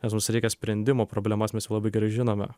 nes mums reikia sprendimų problemas mes jau labai gerai žinome